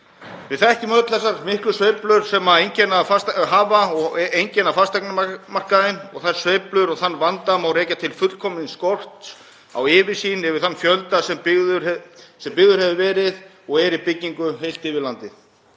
Við þekkjum öll þessar miklu sveiflur sem einkenna fasteignamarkaðinn. Þær sveiflur og þann vanda má rekja til fullkomins skorts á yfirsýn yfir þann fjölda sem byggður hefur verið og er í byggingu heilt yfir landið.